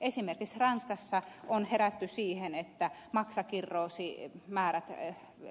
esimerkiksi ranskassa on herätty siihen että maksakirroosimäärät